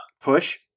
push